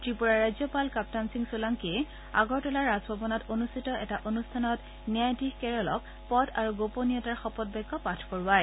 ত্ৰিপুৰাৰ ৰাজ্যপাল কাপ্তান সিং সোলাংকিয়ে আগৰতলাৰ ৰাজভৱনত অনুষ্ঠিত এটা অনুষ্ঠানত ন্যায়াধীশ কেৰলক পদ আৰু গোপনীয়তাৰ শপতবাক্য পাঠ কৰোৱায়